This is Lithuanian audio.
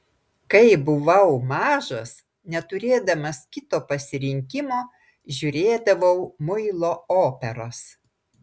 kai buvau mažas neturėdamas kito pasirinkimo žiūrėdavau muilo operas